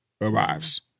arrives